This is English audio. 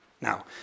Now